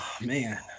man